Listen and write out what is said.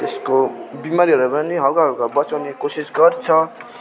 त्यसको बिमारीहरू पनि हल्का हल्का बचाउने कोसिस गर्छ